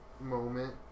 Moment